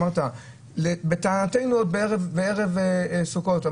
לטענתנו עוד בערב סוכות,